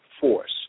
force